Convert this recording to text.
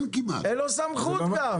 אין לו סמכות גם.